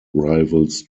rivals